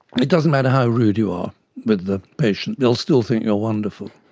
it doesn't matter how rude you are with the patient, they'll still think you are wonderful.